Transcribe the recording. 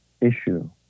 issue